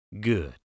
Good